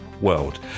world